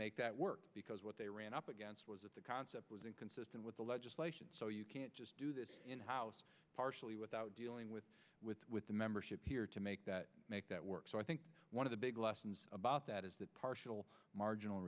make that work because what they ran up against was that the concept was inconsistent with the legislation so you can't just do that in house partially without dealing with with the membership here to make that make that work so i think one of the big lessons about that is that partial marginal